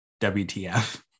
WTF